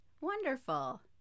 Wonderful